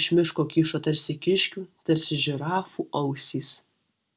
iš miško kyšo tarsi kiškių tarsi žirafų ausys